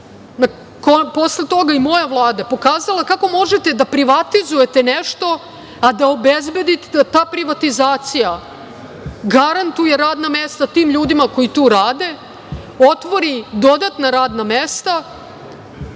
posle toga i moja Vlada, pokazala kako možete da privatizujete nešto, a da obezbedite da ta privatizacija garantuje radna mesta tim ljudima koji tu rade, otvori dodatna radna mesta